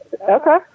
Okay